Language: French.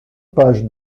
page